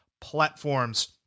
platforms